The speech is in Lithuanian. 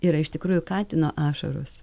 yra iš tikrųjų katino ašaros